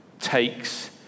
takes